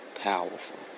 powerful